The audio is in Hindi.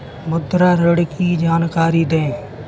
मुद्रा ऋण की जानकारी दें?